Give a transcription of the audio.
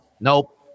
nope